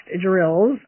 drills